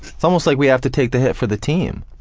it's almost like we have to take the hit for the team,